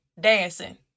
dancing